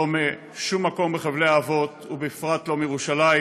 לא משום מקום מחבלי האבות, ובפרט לא מירושלים,